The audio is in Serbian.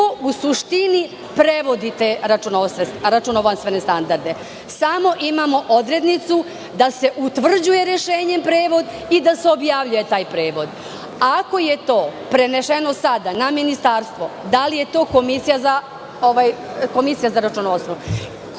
u suštini prevodi te računovodstvene standarde, samo imamo odrednicu da se utvrđuje rešenjem prevod i da se objavljuje taj prevod. Ako je to preneseno sada na Ministarstvo, da li je to Komisija za računovodstvo?